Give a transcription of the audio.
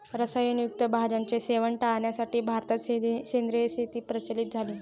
रसायन युक्त भाज्यांचे सेवन टाळण्यासाठी भारतात सेंद्रिय शेती प्रचलित झाली